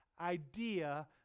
idea